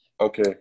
okay